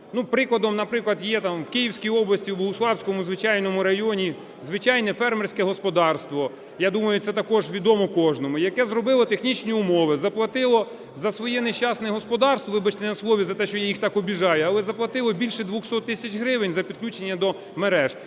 наприклад, є в Київській області, в Богуславському звичайному районі звичайне фермерське господарство, я думаю, це також відомо кожному, яке зробило технічні умови, заплатило за своє нещасне господарство. Вибачте на слові за те, що я їх так обижаю, але заплатили більше 200 тисяч гривень за підключення до мереж.